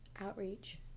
outreach